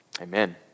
Amen